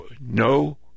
no